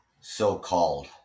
so-called